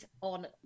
on